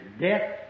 death